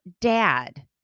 dad